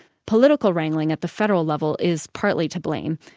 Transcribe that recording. political wrangling at the federal level is partly to blame.